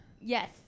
Yes